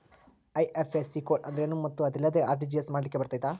IFSC code ಅಂದ್ರೇನು ಮತ್ತು ಅದಿಲ್ಲದೆ ಆರ್.ಟಿ.ಜಿ.ಎಸ್ ಮಾಡ್ಲಿಕ್ಕೆ ಬರ್ತೈತಾ?